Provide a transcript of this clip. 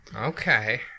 Okay